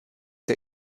der